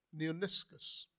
Neoniscus